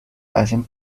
hacen